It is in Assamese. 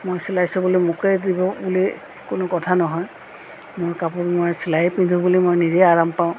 মই চিলাইছোঁ বুলি মোকেই দিব বুলি কোনো কথা নহয় মোৰ কাপোৰ মই চিলাই পিন্ধো বুলি মই নিজেই আৰাম পাওঁ